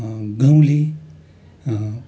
गाउँले